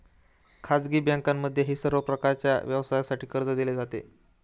खाजगी बँकांमध्येही सर्व प्रकारच्या व्यवसायासाठी कर्ज दिले जाते